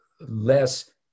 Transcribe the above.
less